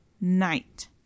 night